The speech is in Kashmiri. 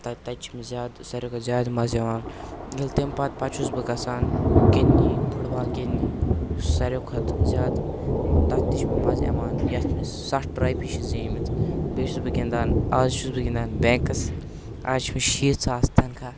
تَتہِ تَتہِ چھُ مےٚ زیادٕ سارِوے کھۄتہٕ زیادٕ مزٕ یِوان ییٚلہِ تِم تمہِ پتہٕ چھُس بہٕ گسان گِندنہِ فُٹ بال گِندنہِ یُس سارویو کھۄتہٕ زیادٕ تَتھ تہِ چھِ مےٚ مزٕ یِوان یَتھ مےٚ سَتھ ٹرافی چھِ زیٖمٕتۍ بیٚیہِ چھُس بہٕ گِندان آز چھُس بہٕ گندان بینکَس آز چھُ مےٚ شیٖتھ ساس تنخواہ